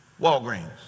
Walgreens